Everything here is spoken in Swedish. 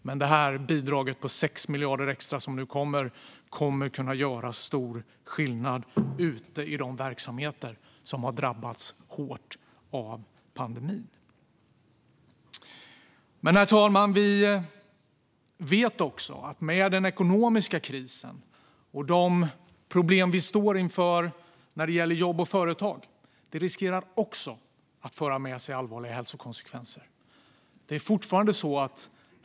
Men detta bidrag på 6 extra miljarder kommer att kunna göra stor skillnad i de verksamheter som har drabbats hårt av pandemin. Men, herr talman, vi vet att den ekonomiska krisen och de problem som vi står inför när det gäller jobb och företag också riskerar att föra med sig allvarliga hälsokonsekvenser.